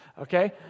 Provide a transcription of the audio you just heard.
okay